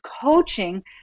coaching